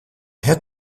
head